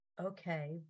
okay